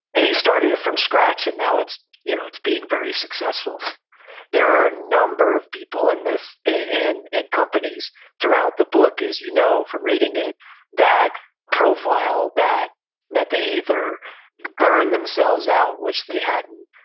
and he started it from scratch, and now it's you know it's been very successful there are a number of people in and and companies throughout the book as you know from reading it that profile that that they either burn themselves out, which they hadn't,